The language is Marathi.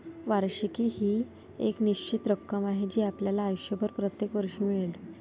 वार्षिकी ही एक निश्चित रक्कम आहे जी आपल्याला आयुष्यभर प्रत्येक वर्षी मिळेल